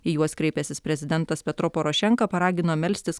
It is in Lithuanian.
į juos kreipęsis prezidentas petro porošenka paragino melstis